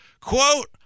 Quote